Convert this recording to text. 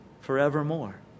forevermore